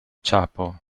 ĉapo